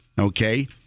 Okay